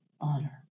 honor